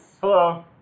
Hello